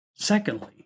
Secondly